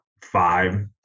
five